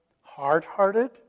hard-hearted